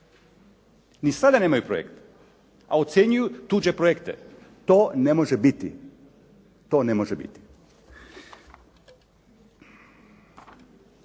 Ni sada nemaju projekt, a ocjenjuju tuđe projekte. To ne može biti. To ne može biti.